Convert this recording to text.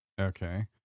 Okay